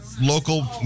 local